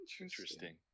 Interesting